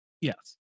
Yes